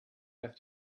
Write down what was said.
have